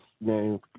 name